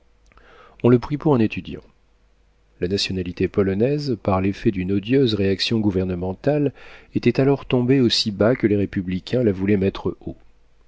on le prit pour un étudiant la nationalité polonaise par l'effet d'une odieuse réaction gouvernementale était alors tombée aussi bas que les républicains la voulaient mettre